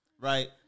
right